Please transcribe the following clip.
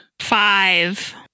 Five